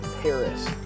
Paris